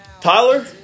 Tyler